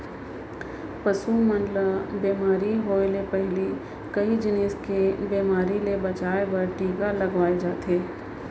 पसु मन ल बेमारी होय ले पहिली कई जिनिस के बेमारी ले बचाए बर टीका लगवाए जाथे